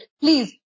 please